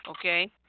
okay